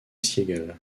siegel